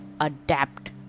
Adapt